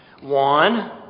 One